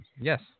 Yes